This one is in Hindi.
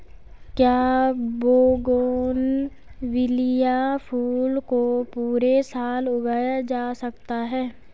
क्या बोगनविलिया फूल को पूरे साल उगाया जा सकता है?